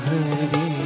Hari